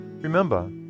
Remember